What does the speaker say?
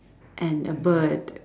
and a bird